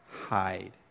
Hide